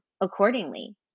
accordingly